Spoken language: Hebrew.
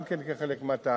גם כן כחלק מהתהליך.